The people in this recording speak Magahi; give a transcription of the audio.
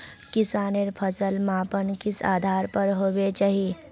किसानेर फसल मापन किस आधार पर होबे चही?